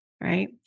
right